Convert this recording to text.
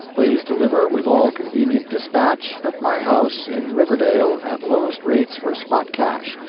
please deliver with all convenient despatch at my house in riverdale at lowest rates for spot cash,